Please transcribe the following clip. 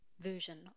version